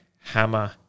Hammer